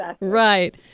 Right